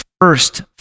first